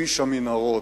כביש המנהרות,